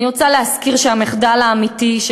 אני רוצה להזכיר שהמחדל האמיתי של